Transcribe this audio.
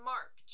Mark